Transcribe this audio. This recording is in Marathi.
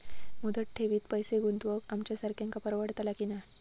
मुदत ठेवीत पैसे गुंतवक आमच्यासारख्यांका परवडतला की नाय?